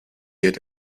yet